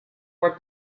were